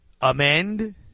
amend